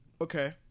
Okay